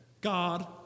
God